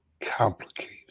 complicated